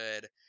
good